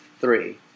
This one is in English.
three